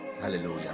Hallelujah